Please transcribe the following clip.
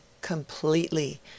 completely